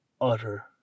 utter